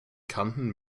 kanten